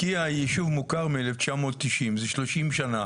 לקיה היא ישוב מוכר מ-1990, זה 30 שנה.